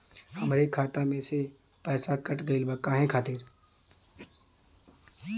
हमरे खाता में से पैसाकट गइल बा काहे खातिर?